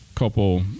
couple